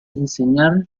enseñar